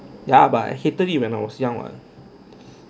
ya but I hated it when I was young what